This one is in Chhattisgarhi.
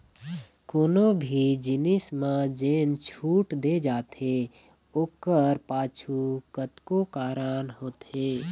कोनो भी जिनिस म जेन छूट दे जाथे ओखर पाछू कतको कारन होथे